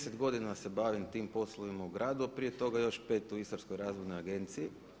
10 godina se bavim tim poslovima u gradu a prije toga još 5 u Istarskoj razvodnoj agenciji.